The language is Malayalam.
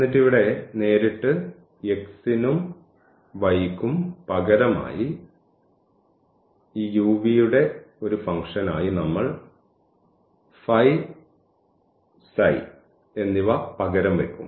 എന്നിട്ട് ഇവിടെ നേരിട്ട് x നും y നും പകരമായി ഈ u v യുടെ ഒരു ഫംഗ്ഷനായി നമ്മൾ എന്നിവ പകരം വയ്ക്കും